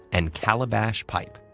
and calabash pipe,